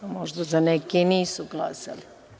Možda za neke nisu glasali.